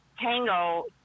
tango